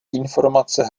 informace